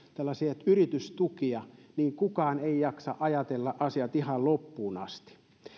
tällaisia yritystukia niin kukaan ei jaksa ajatella asioita ihan loppuun asti